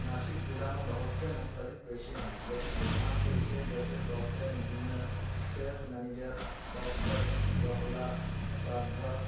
ناسک ضلع میں بہت سے مختلف پیشے ہیں لیکن کچھ عام پیشے جیسے software engineer sales manager doctor وکلا اساتذہ